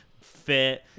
fit